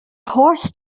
horse